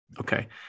okay